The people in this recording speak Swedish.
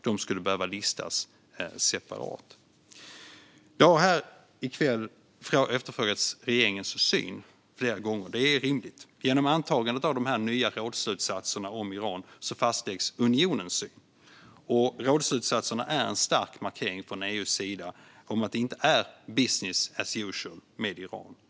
De skulle behöva listas separat. Regeringens syn har flera gånger här i kväll efterfrågats. Det är rimligt. Genom antagandet av dessa nya rådsslutsatser om Iran fastställs unionens syn. Rådsslutsatserna är en stark markering från EU:s sida om att det inte är business as usual med Iran.